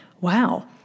wow